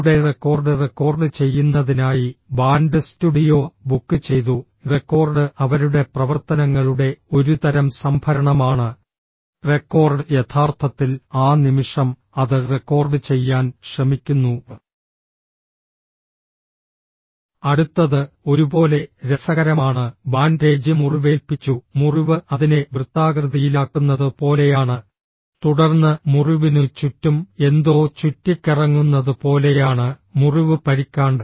അവരുടെ record record ചെയ്യുന്നതിനായി band studio book ചെയ്തു റെക്കോർഡ് അവരുടെ പ്രവർത്തനങ്ങളുടെ ഒരു തരം സംഭരണമാണ് റെക്കോർഡ് യഥാർത്ഥത്തിൽ ആ നിമിഷം അത് റെക്കോർഡ് ചെയ്യാൻ ശ്രമിക്കുന്നു അടുത്തത് ഒരുപോലെ രസകരമാണ് ബാൻഡേജ് മുറിവേൽപ്പിച്ചു മുറിവ് അതിനെ വൃത്താകൃതിയിലാക്കുന്നത് പോലെയാണ് തുടർന്ന് മുറിവിനു ചുറ്റും എന്തോ ചുറ്റിക്കറങ്ങുന്നത് പോലെയാണ് മുറിവ് പരിക്കാണ്